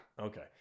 Okay